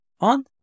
On